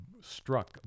struck